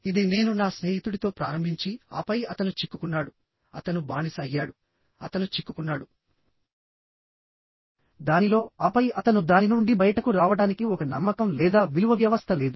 ఇది నేను నా స్నేహితుడితో ప్రారంభించి ఆపై అతను చిక్కుకున్నాడు అతను బానిస అయ్యాడుఅతను చిక్కుకున్నాడు దానిలోఆపై అతను దాని నుండి బయటకు రావడానికి ఒక నమ్మకం లేదా విలువ వ్యవస్థ లేదు